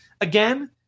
again